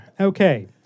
okay